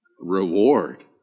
Reward